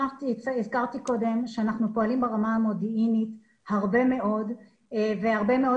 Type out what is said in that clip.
אמרתי קודם שאנחנו פועלים ברמה המודיעינית הרבה מאוד והרבה מאוד